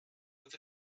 with